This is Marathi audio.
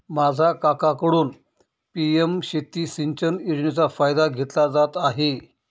माझा काकांकडून पी.एम शेती सिंचन योजनेचा फायदा घेतला जात आहे